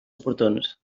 oportuns